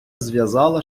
зв’язала